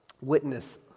witness